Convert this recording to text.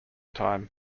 time